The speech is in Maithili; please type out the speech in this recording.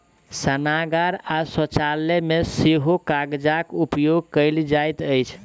स्नानागार आ शौचालय मे सेहो कागजक उपयोग कयल जाइत अछि